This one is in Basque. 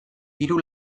diru